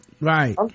Right